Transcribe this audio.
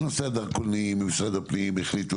בנושא הדרכונים במשרד הפנים החליטו